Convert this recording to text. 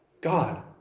God